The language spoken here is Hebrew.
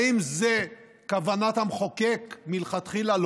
האם זו כוונת המחוקק מלכתחילה?